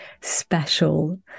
special